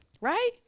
right